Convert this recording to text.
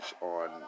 on